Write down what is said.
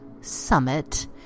Summit